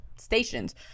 stations